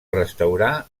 restaurar